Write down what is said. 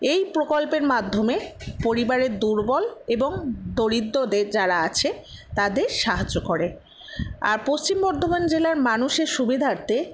এই প্রকল্পের মাধ্যমে পরিবারের দুর্বল এবং দরিদ্রদের যারা আছে তাদের সাহায্য করে আর পশ্চিম বর্ধমান জেলার মানুষের সুবিধার্থে